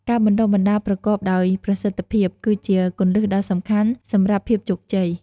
ការបណ្តុះបណ្តាលប្រកបដោយប្រសិទ្ធភាព គឺជាគន្លឹះដ៏សំខាន់សម្រាប់ភាពជោគជ័យ ។